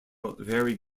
vary